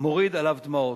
מוריד עליו דמעות".